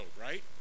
right